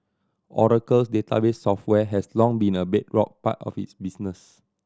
Oracle's database software has long been a bedrock part of its business